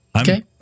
Okay